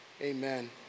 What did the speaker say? Amen